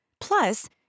Plus